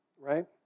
right